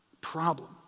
problem